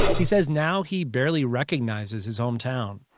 he says now he barely recognizes his hometown.